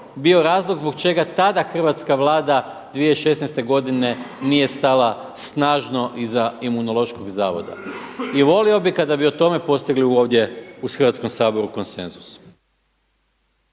bio razlog zbog čega tada hrvatska Vlada 2016. godine nije stala snažno iza Imunološkog zavoda? I volio bih kada bi o tome postigli ovdje u Hrvatskom saboru konsenzus.